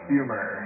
Humor